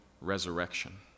resurrection